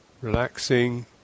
relaxing